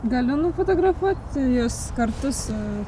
galiu nufotografuot jus kartu su